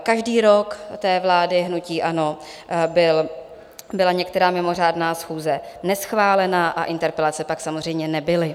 Každý rok vlády hnutí ANO byla některá mimořádná schůze neschválena a interpelace pak samozřejmě nebyly.